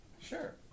Sure